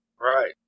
Right